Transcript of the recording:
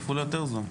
בעפולה יותר זול.